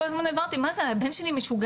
כל הזמן אמרתי מה זה הבן שלי משוגע?